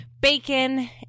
bacon